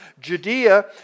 Judea